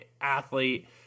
athlete